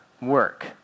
work